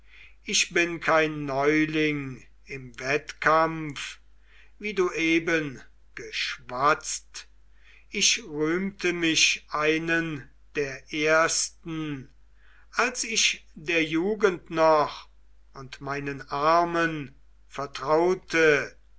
ich bin kein neuling im wettkampf wie du eben geschwatzt ich rühmte mich einen der ersten als ich der jugend noch und meinen armen vertraute